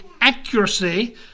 accuracy